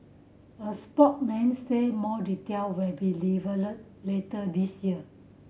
a spokesman said more detail will be revealed later this year